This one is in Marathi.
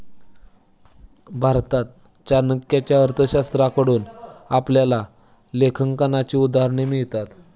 भारतात चाणक्याच्या अर्थशास्त्राकडून आपल्याला लेखांकनाची उदाहरणं मिळतात